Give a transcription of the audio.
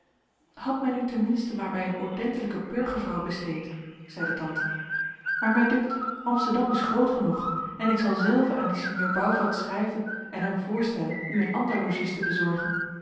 had men u ten minste maar bij een ordentelijke burgervrouw besteed zeide tante maar mij dunkt amsterdam is groot genoeg en ik zal zelve aan dien sinjeur bouvelt schrijven en hem voorstellen u een ander logies te bezorgen